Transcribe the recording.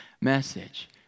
message